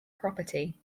property